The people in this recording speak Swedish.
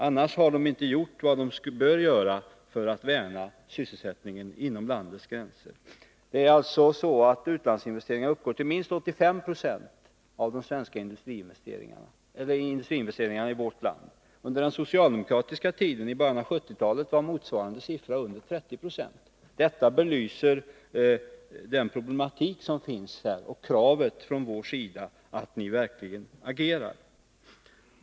Annars har den inte gjort vad den bör göra för att värna sysselsättningen inom landets gränser. Utlandsinvesteringarna uppgår till minst 85 20 av industriinvesteringarna i vårt land. I början av 1970-talet, under den socialdemokratiska regeringens tid, var motsvarande andel under 30 96. Detta belyser den problematik som finns och kravet från vår sida att ni verkligen agerar.